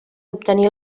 obtenir